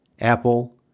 Apple